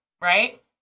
right